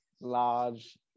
large